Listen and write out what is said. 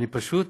אני פשוט